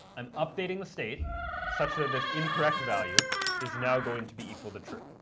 i'm updating the state such that this incorrect value is now going to be equal to true.